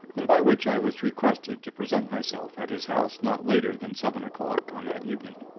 and by which i was requested to present myself at his house not later than seven o'clock on that evening.